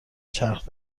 چرخ